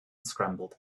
scrambled